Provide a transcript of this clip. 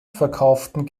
verkauften